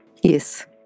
Yes